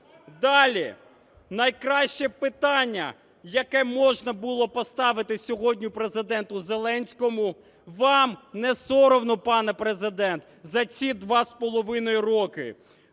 Далі. Найкраще питання, яке можна було поставити сьогодні Президенту Зеленському: вам не соромно, пане Президент, за ці два з половиною роки?